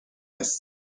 است